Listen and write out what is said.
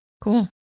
cool